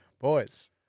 Boys